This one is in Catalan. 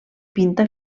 pinta